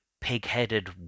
pig-headed